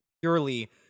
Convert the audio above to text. purely